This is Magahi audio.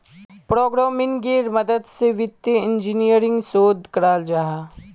प्रोग्रम्मिन्गेर मदद से वित्तिय इंजीनियरिंग शोध कराल जाहा